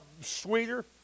sweeter